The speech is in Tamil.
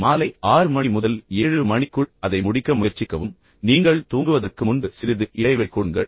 பின்னர் மாலை 6 மணி முதல் 7 மணிக்குள் அதை முடிக்க முயற்சிக்கவும் பின்னர் நீங்கள் தூங்குவதற்கு முன்பு சிறிது இடைவெளி கொடுங்கள்